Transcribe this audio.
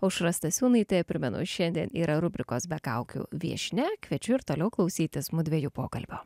aušra stasiūnaitė primenu šiandien yra rubrikos be kaukių viešnia kviečiu ir toliau klausytis mudviejų pokalbio